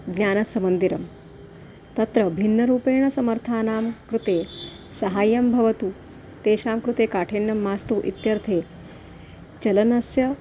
ज्ञानस्य मन्दिरं तत्र भिन्नरूपेण समर्थानां कृते सहाय्यं भवतु तेषां कृते काठिन्यं मास्तु इत्यर्थे चलनस्य